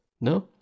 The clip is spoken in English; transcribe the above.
No